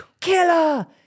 Killer